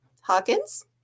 hawkins